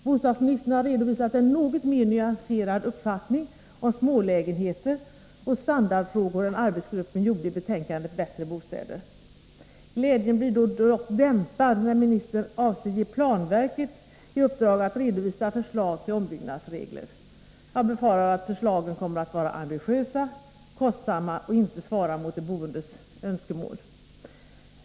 Bostadsministern har redovisat en något mer nyanserad uppfattning om smålägenheter och standardfrågor än arbetsgruppen gjorde i betänkandet Bättre bostäder. Glädjen blir dock dämpad när ministern avser ge planverket i uppdrag att redovisa förslag till ombyggnadsregler. Jag befarar att förslagen kommer att vara ambitiösa och kostsamma och inte kommer att svara mot de boendes önskemål.